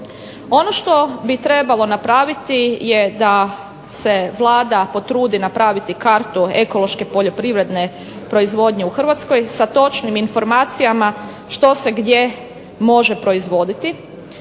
Ono što bi trebalo napraviti je da se Vlada potrudi napraviti kartu ekološke poljoprivredne proizvodnje u Hrvatskoj sa točnim informacijama što se gdje može proizvoditi.